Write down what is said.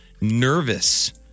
nervous